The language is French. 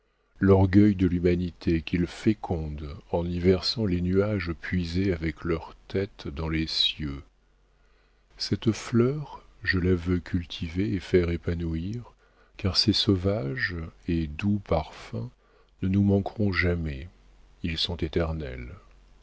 l'orgueil de l'humanité qu'ils fécondent en y versant les nuages puisés avec leurs têtes dans les cieux cette fleur je la veux cultiver et faire épanouir car ses sauvages et doux parfums ne nous manqueront jamais ils sont éternels